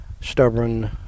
stubborn